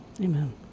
Amen